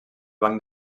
banc